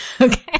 Okay